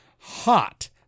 hot